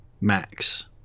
Max